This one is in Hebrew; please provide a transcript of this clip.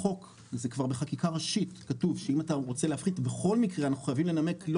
בהקשר הזה אני אגיד שיש חשיבות לשמור על